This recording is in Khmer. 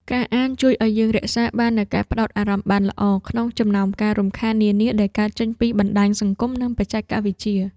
ការអានជួយឱ្យយើងរក្សាបាននូវការផ្ដោតអារម្មណ៍បានល្អ ក្នុងចំណោមការរំខាននានាដែលកើតចេញពីបណ្ដាញសង្គម និងបច្ចេកវិទ្យា។